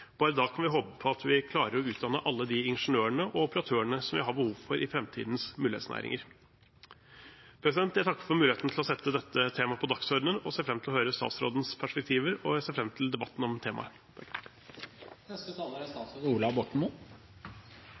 Bare da kan vi håpe på at vi klarer å utdanne alle de ingeniørene og operatørene som vi har behov for i framtidens mulighetsnæringer. Jeg takker for muligheten til å sette dette temaet på dagsordenen og ser fram til å høre statsrådens perspektiver, og jeg ser fram til debatten om temaet. Takk til interpellanten for et viktig spørsmål. Befolkningens kompetanse er